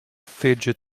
fidget